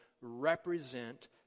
represent